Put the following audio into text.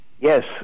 Yes